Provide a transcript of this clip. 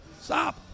stop